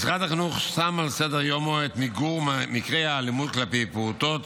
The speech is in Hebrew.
משרד החינוך שם על סדר-יומו את מיגור מקרי האלימות כלפי פעוטות